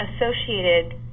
associated